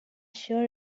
sure